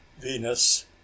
Venus